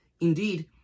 indeed